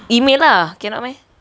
email lah cannot meh